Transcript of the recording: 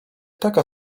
taka